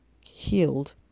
healed